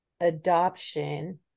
adoption